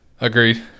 agreed